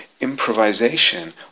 improvisation